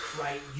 right